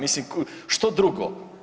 Mislim što drugo.